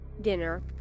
dinner